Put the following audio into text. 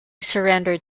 surrendered